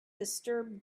disturbed